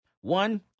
One